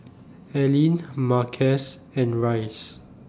Aline Marquez and Rice